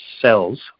cells